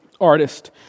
artist